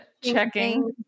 Checking